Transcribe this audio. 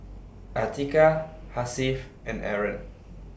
Atiqah Hasif and Aaron